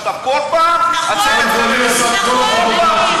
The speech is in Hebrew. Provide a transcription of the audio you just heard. חבר הכנסת ביטן,